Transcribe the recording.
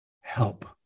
help